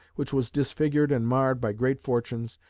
which was disfigured and marred by great misfortunes,